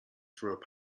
through